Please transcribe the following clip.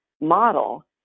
model